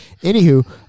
Anywho